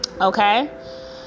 Okay